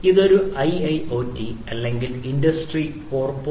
ഇത് ഒരു IIoT അല്ലെങ്കിൽ ഇൻഡസ്ട്രി 4